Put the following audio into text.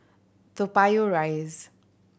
Toa Payoh Rise